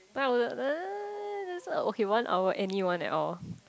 no I wouldn't uh that's like okay one hour anyone at all